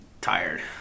tired